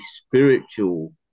spiritual